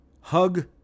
Hug